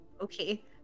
Okay